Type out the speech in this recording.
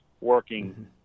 working